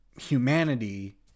humanity